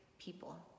people